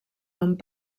amb